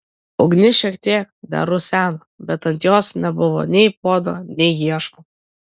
ugnis šiek tiek dar ruseno bet ant jos nebuvo nei puodo nei iešmo